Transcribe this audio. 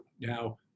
Now